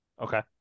Okay